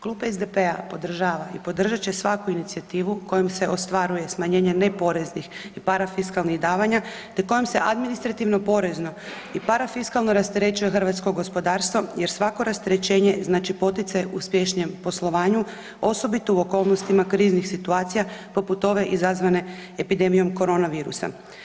Klub SDP-a podržava i podržat će svaku inicijativu kojom se ostvaruje smanjenje neporeznih i parafiskalnih davanja, te kojom se administrativno, porezno i parafiskalno rasterećuje hrvatsko gospodarstvo jer svako rasterećenje znači poticaj uspješnijem poslovanju, osobito u okolnostima kriznih situacija poput ove izazvane epidemijom korona virusa.